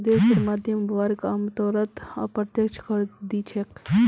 देशेर मध्यम वर्ग आमतौरत अप्रत्यक्ष कर दि छेक